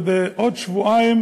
ובעוד שבועיים